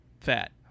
fat